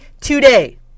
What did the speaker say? today